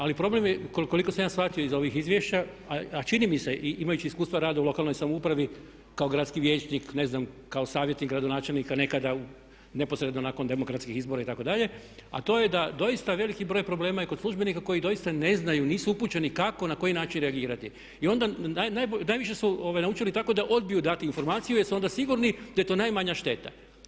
Ali problem je koliko sam ja shvatio iz ovih izvješća a čini mi se i imajući iskustva u radu u lokalnoj samoupravi kao gradski vijećnik, ne znam kao savjetnik gradonačelnika nekada neposredno nakon demokratskih izbora itd., a to je da doista veliki broj problema je kod službenika koji doista ne znaju, nisu upućeni kako, na koji način reagirati i onda najviše su naučili tako da odbiju dati informaciju jer su onda sigurni da je to najmanja šteta.